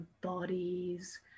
bodies